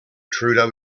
trudeau